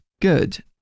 Good